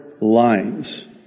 lines